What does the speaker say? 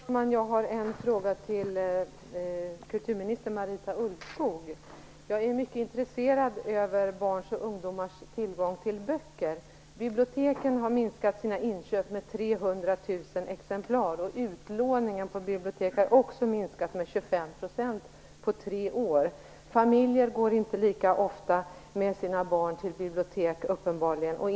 Fru talman! Jag har en fråga till kulturminister Marita Ulvskog. Jag är mycket intresserad av barns och ungdomars tillgång till böcker. Biblioteken har minskat sina inköp med 300 000 exemplar, och utlåningen har minskat med 25 % på tre år. Familjer går uppenbarligen inte lika ofta med sina barn till biblioteken.